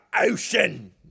ocean